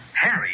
Harry